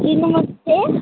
जी नमस्ते